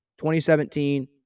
2017